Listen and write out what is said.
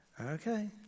Okay